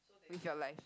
with your life